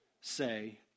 say